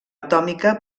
atòmica